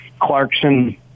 Clarkson